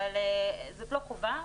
אבל זאת לא חובה,